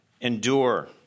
endure